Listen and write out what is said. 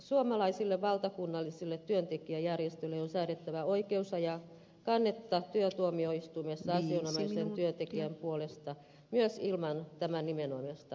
suomalaisille valtakunnallisille työntekijäjärjestöille on säädettävä oikeus ajaa kannetta työtuomioistuimessa asianomaisen työntekijän puolesta myös ilman tämän nimen omista